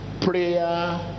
prayer